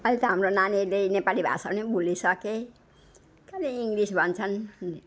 अहिले त हाम्रो नानीहरूले नेपाली भाषा पनि भुलिइसके खालि इङ्लिस भन्छन्